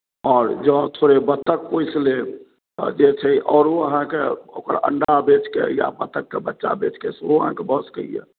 आओर जँ थोड़े बत्तख पोसि लेब तऽ जे छै आओरो अहाँके ओकरा अण्डा बेचके या बत्तखके बच्चा बेचके ओ अहाँके भऽ सकैए